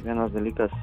vienas dalykas